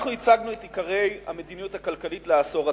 אנחנו הצגנו את עיקרי המדיניות הכלכלית לעשור הקרוב,